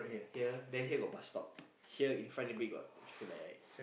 here then here got bus stop here in front a bit got traffic light